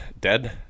Dead